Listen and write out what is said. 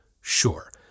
Sure